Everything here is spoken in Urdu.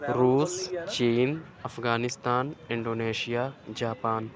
روس چین افغانستان انڈونیشیا جاپان